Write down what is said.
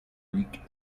greek